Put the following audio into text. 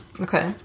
Okay